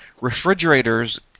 refrigerators